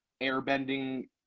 airbending